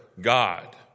God